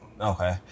Okay